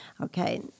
Okay